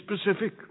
specific